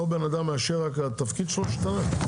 אותו בן אדם מאשר ורק התפקיד שלו השתנה?